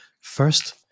First